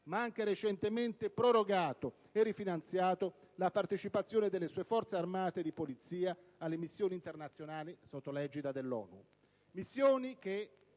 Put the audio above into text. ha anche recentemente prorogato e rifinanziato la partecipazione delle sue Forze armate e di polizia alle missioni internazionali sotto l'egida dell'ONU.